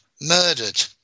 murdered